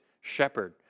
shepherd